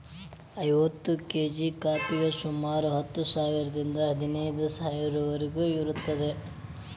ಐವತ್ತು ಕೇಜಿ ಕಾಫಿಗೆ ಸುಮಾರು ಹತ್ತು ಸಾವಿರದಿಂದ ಹದಿನೈದು ಸಾವಿರದವರಿಗೂ ಇರುತ್ತದೆ